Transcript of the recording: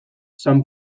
san